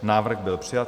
Návrh byl přijat.